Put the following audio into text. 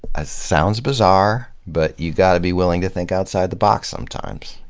ah sounds bizarre, but you gotta be willing to think outside the box sometimes,